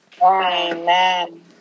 Amen